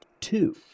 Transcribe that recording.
two